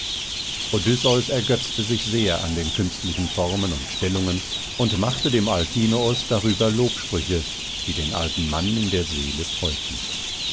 odysseus ergötzte sich sehr an den künstlichen formen und stellungen und machte dem alkinoos darüber lobsprüche die den alten mann in der seele freuten